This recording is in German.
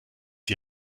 die